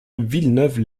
villeneuve